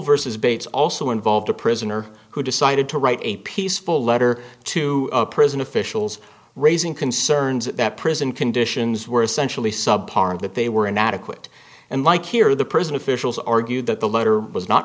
versus bates also involved a prisoner who decided to write a peaceful letter to prison officials raising concerns that prison conditions were essentially subpar and that they were inadequate and like here the prison officials argued that the letter was not